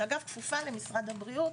שכפופה למשרד הבריאות,